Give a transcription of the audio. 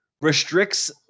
restricts